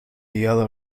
yellow